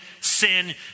sin